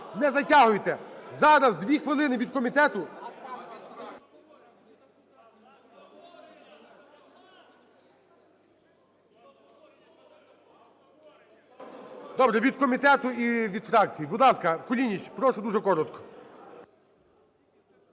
Не затягуйте. Зараз 2 хвилини від комітету… Добре. Від комітету і від фракцій. Будь ласка, Кулініч. Прошу дуже коротко.